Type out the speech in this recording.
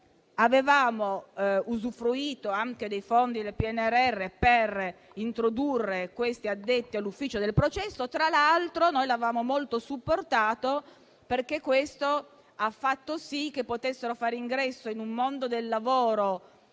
avevamo usufruito anche dei fondi del PNRR per introdurre questi addetti all'ufficio del processo. Tra l'altro, noi l'avevamo molto supportato, perché ha fatto sì che potessero fare ingresso in un mondo del lavoro